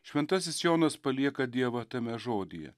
šventasis jonas palieka dievą tame žodyje